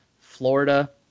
Florida